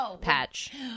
patch